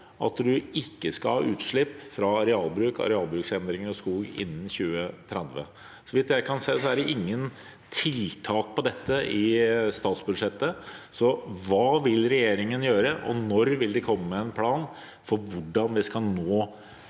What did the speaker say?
Sakene nr. 1–4 2023 slipp fra arealbruk, arealbruksendringer og skog. Så vidt jeg kan se, er det ingen tiltak for dette i statsbudsjettet. Hva vil regjeringen gjøre, og når vil de komme med en plan for hvordan vi skal nå